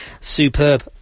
Superb